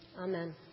Amen